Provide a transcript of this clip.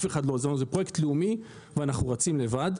זה פרויקט לאומי ואנחנו רצים לבד.